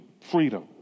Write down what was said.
freedom